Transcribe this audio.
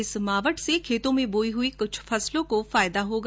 इस मावठ से खेतों में बोई हुई कुछ फसलों को फायदा होगा